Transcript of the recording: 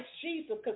Jesus